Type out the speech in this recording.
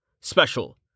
Special